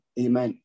Amen